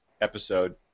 episode